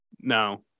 No